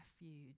refuge